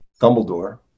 Dumbledore